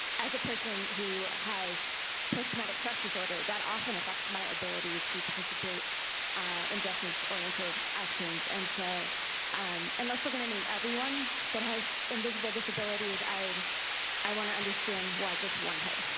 as a person who has posttraumatic stress disorder, that often affects my ability to participate in justice oriented actions, and so unless we're going to name everyone that has invisible disabilities, i i want to understand why just one kind of